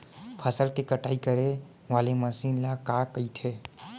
फसल की कटाई करे वाले मशीन ल का कइथे?